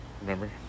Remember